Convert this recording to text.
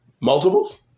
multiples